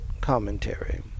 commentary